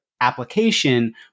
application